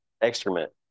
excrement